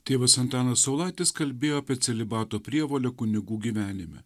tėvas antanas saulaitis kalbėjo apie celibato prievolę kunigų gyvenime